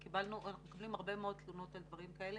אנחנו מקבלים הרבה מאוד תלונות על דברים כאלה.